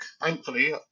thankfully